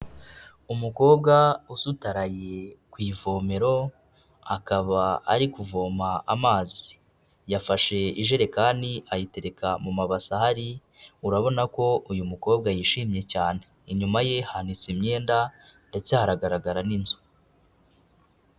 Umukobwa usutaraye ku ivomero, akaba ari kuvoma amazi. Yafashe ijerekani ayitereka mu mabase ahari, urabona ko uyu mukobwa yishimye cyane. Inyuma ye hanitse imyenda ndetse haragaragara n'inzu.